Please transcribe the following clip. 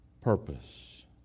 purpose